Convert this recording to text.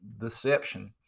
deception